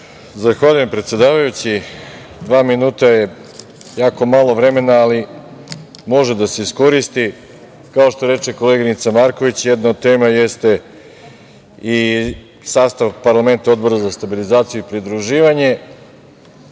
Zahvaljujem, predsedavajući. Dva minuta je jako malo vremena, ali može da se iskoristi. Kao što reče koleginica Marković, jedna od tema jeste i sastav parlamenta Odbora za stabilizaciju i pridruživanje